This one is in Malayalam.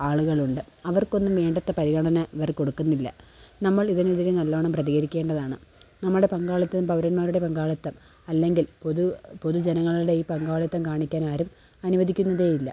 ആളുകളുണ്ട് അവർക്കൊന്നും വേണ്ടത്ര പരിഗണന ഇവർ കൊടുക്കുന്നില്ല നമ്മളിതിനെതിരെ നല്ലവണ്ണം പ്രതികരിക്കേണ്ടതാണ് നമ്മുടെ പങ്കാളിത്തം പൗരന്മാരുടെ പങ്കാളിത്തം അല്ലെങ്കിൽ പൊതു പൊതു ജനങ്ങളുടെ ഈ പങ്കാളിത്തം കാണിക്കാനാരും അനുവദിക്കുന്നതേയില്ല